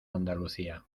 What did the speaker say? andalucía